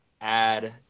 add